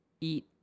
Eat